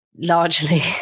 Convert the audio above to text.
largely